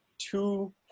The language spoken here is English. two